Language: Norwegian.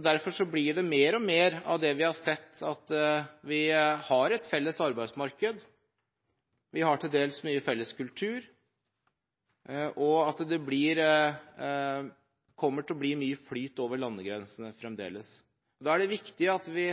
Derfor blir det mer og mer av det vi har sett – at vi har et felles arbeidsmarked, til dels mye felles kultur, og at det kommer til å bli mye flyt over landegrensene fremdeles. Da er det viktig at vi